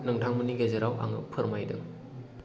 नोंथांमोननि गेजेराव आङो फोरमायदों